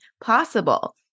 possible